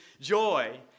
joy